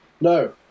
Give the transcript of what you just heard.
no